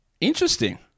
Interesting